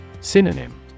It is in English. Synonym